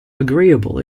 agreeable